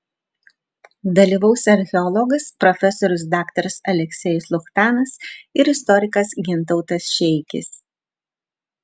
dalyvaus archeologas profesorius daktaras aleksejus luchtanas ir istorikas gintautas šeikis